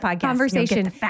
conversation